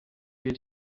wir